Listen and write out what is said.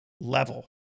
level